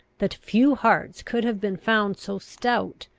that few hearts could have been found so stout,